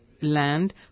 land